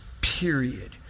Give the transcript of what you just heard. period